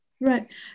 Right